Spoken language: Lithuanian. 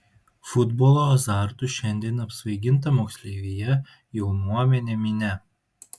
futbolo azartu šiandien apsvaiginta moksleivija jaunuomenė minia